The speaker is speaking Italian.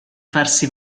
farsi